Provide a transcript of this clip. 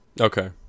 Okay